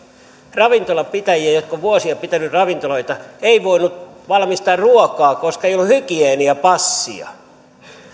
ravintolan pitäjiä jotka ovat vuosia pitäneet ravintoloita eivät voineet valmistaa ruokaa koska ei ollut hygieniapassia